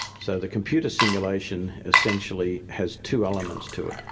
so the computer simulation essentially has two elements to it.